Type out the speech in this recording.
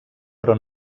però